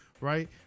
right